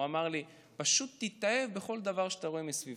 הוא אמר לי: פשוט תתאהב בכל דבר שאתה רואה מסביבך.